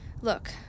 Look